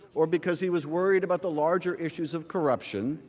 or because he was worried about the larger issues of corruption,